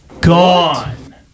gone